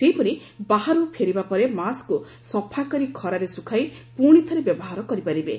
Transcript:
ସେହିପରି ବାହାରୁ ଫେରିବା ପରେ ମାସ୍କକୁ ସଫା କରି ଖରାରେ ଶୁଖାଇ ପୁଶି ଥରେ ବ୍ୟବହାର କରିପାରିବେ